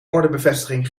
orderbevestiging